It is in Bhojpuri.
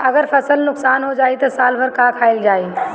अगर फसल नुकसान हो जाई त साल भर का खाईल जाई